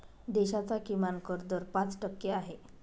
देशाचा किमान कर दर पाच टक्के आहे